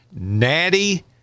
Natty